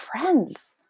friends